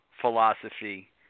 philosophy